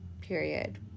Period